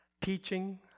teaching